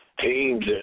teams